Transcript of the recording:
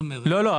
לא,